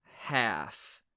half